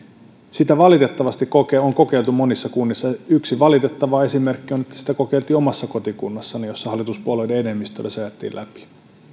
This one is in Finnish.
valitettavasti on kokeiltu monissa kunnissa yksi valitettava esimerkki on että sitä kokeiltiin omassa kotikunnassani jossa hallituspuolueiden enemmistöllä se ajettiin läpi